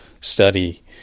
study